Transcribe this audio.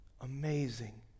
amazing